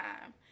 time